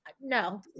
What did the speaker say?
no